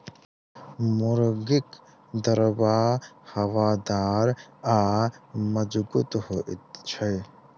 मुर्गीक दरबा हवादार आ मजगूत होइत छै